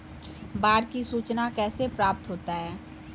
बाढ की सुचना कैसे प्राप्त होता हैं?